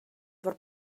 fod